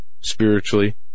spiritually